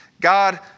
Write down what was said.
God